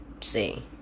See